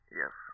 yes